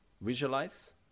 visualize